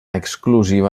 exclusiva